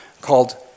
called